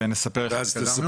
ונספר איך התקדמנו.